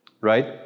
Right